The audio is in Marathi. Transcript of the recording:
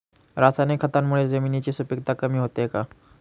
रासायनिक खतांमुळे जमिनीची सुपिकता कमी होते का?